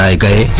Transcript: ah da